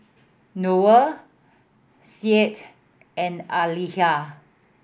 Noah Said and Aqilah